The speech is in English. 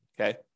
Okay